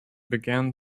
began